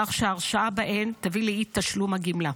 כך שהרשעה בהן תביא לאי-תשלום הגמלה.